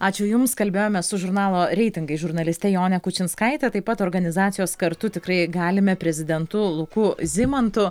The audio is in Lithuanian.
ačiū jums kalbėjomės su žurnalo reitingai žurnaliste jone kučinskaite taip pat organizacijos kartu tikrai galime prezidentu luku zimantu